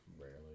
Rarely